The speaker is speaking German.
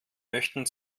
möchten